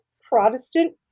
Protestant